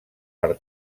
per